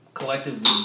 Collectively